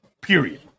Period